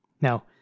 Now